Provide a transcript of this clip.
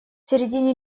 середине